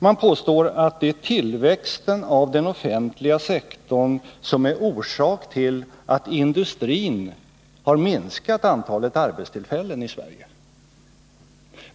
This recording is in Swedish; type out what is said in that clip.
Man påstår att det är tillväxten av den offentliga sektorn som är orsaken till att industrin har minskat antalet arbetstillfällen i Sverige.